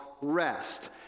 rest